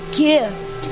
gift